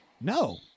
No